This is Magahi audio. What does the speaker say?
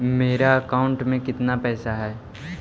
मेरा अकाउंटस में कितना पैसा हउ?